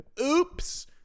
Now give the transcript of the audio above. oops